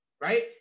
right